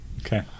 okay